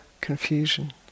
confusion